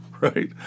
right